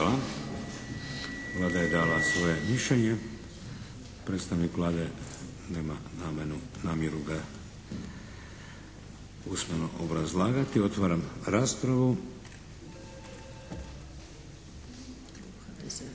Hvala. Vlada je dala svoje mišljenje. Predstavnik Vlade nema namjeru ga usmeno obrazlagati. Otvaram raspravu. Odbor